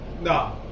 No